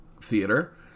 theater